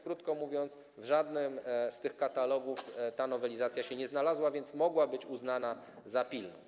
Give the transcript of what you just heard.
Krótko mówiąc, w żadnym z tych katalogów ta nowelizacja się nie znalazła, więc mogła być uznana za pilną.